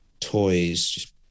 toys